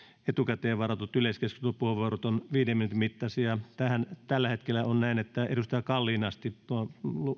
etukäteen varatut yleiskeskustelupuheenvuorot ovat viiden minuutin mittaisia tällä hetkellä on näin että edustaja kalliin asti tuo